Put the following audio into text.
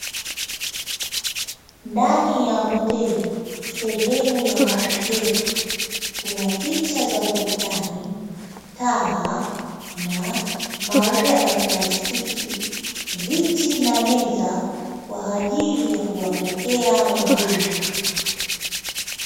Ndani ya hoteli sehemu ya mapokezi kuna picha za ukutani, taa na mauwa ya plastiki, viti na meza kwajili ya kuwapokea wageni.